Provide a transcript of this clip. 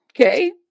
okay